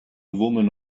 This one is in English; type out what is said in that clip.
woman